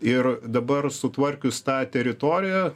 ir dabar sutvarkius tą teritoriją